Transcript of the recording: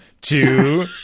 two